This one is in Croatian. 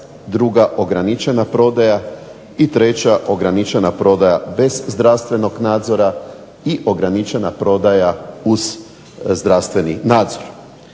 druga ograničena prodaja i treća ograničena prodaja bez zdravstvenog nadzora i ograničena prodaja uz zdravstveni nadzor.